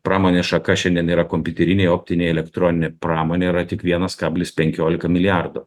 pramonės šaka šiandien yra kompiuterinėj optinėj elektroninė pramonė yra tik vienas kablis penkiolika milijardo